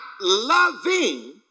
loving